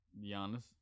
Giannis